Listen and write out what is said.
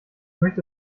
möchte